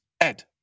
Ed